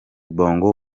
bongo